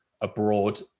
abroad